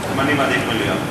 גם אני מעדיף מליאה.